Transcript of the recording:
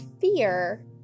fear